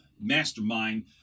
mastermind